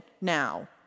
now